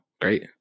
great